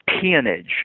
peonage